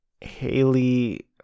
Haley